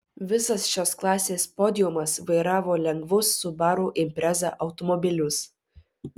visas šios klasės podiumas vairavo lengvus subaru impreza automobilius